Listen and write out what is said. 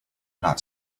not